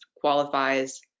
qualifies